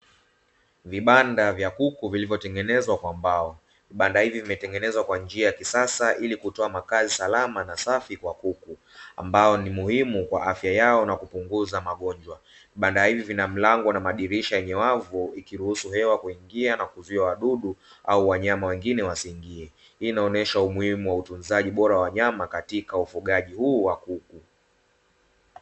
Vibanda ya kuku vilivyotengenezwa kwa mbao, vibanda hivi vimetengenezwa kwa njia ya kisasa ili kutoa makazi salama na safi kwa kuku ambao ni muhimu kwa afya yao na kupunguza magonjwa. Vibanda hivi vina mlango na madirisha yenye wavu ikiruhusu hewa kuingia na kuzuia wadudu au wanyama wengine wasiingie, hii inaonyesha umuhimu wa utunzaji bora wa nyama katika ufugaji huu wa kuku.